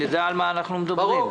שנדע על מה אנחנו מדברים.